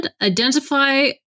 identify